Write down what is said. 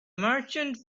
merchant